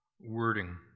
wording